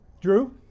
Drew